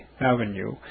Avenue